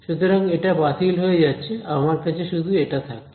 সুতরাং এটা বাতিল হয়ে যাচ্ছে আমার কাছে শুধু এটা থাকছে